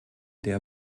der